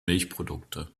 milchprodukte